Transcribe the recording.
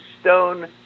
stone